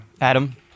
adam